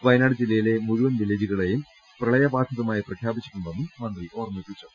വയനാട് ജില്ലയിലെ മുഴുവൻ വില്ലേജുകളേയും പ്രളയബാധിതമായി പ്രഖ്യാ പിച്ചിട്ടുണ്ടെന്നും മന്ത്രി ഓർമ്മിപ്പിച്ചു